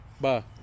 Bye